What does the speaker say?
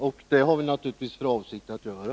Och det har vi naturligtvis för avsikt att göra.